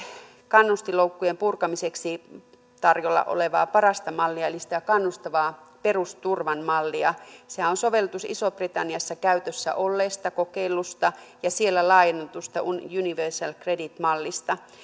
kannustinloukkujen purkamiseksi tarjolla olevaa parasta mallia eli sitä kannustavaa perusturvan mallia sehän on sovellutus isossa britanniassa käytössä olleesta kokeilusta ja siellä laajennetusta universal credit mallista